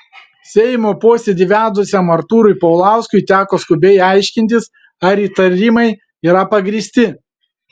seimo posėdį vedusiam artūrui paulauskui teko skubiai aiškintis ar įtarimai yra pagrįsti